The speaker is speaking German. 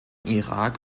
irak